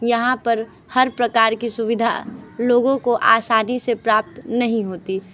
यहाँ पर हर प्रकार की सुविधा लोगों को आसानी से प्राप्त नहीं होती